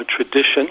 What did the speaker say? tradition